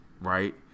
right